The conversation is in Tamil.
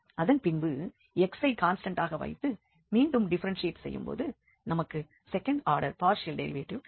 அதன்பின்பு x ஐ கான்ஸ்டண்டாக வைத்து மீண்டும் டிஃப்பெரென்ஷியெட் செய்யும்போது நமக்கு செகண்ட் ஆடர் பார்ஷியல் டெரிவேட்டிவ் கிடைக்கும்